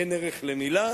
אין ערך למלה?